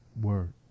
Word